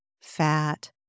fat